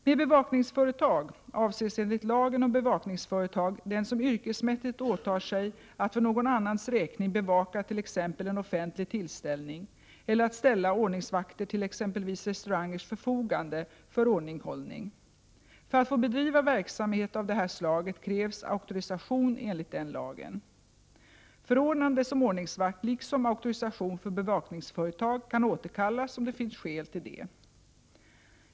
Med bevakningsföretag avses enligt lagen om bevakningsföretag den som yrkesmässigt åtar sig att för någon annans räkning bevaka t.ex. en offentlig tillställning eller att ställa ordningsvakter till exempelvis restaurangers förfogande för ordningshållning. För att få bedriva verksamhet av detta slag krävs auktorisation enligt den lagen. Förordnande som ordningsvakt liksom auktorisation för bevakningsföretag kan återkallas om det finns skäl till det.